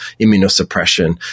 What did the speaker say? immunosuppression